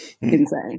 insane